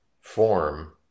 form